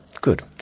good